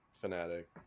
fanatic